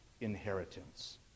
inheritance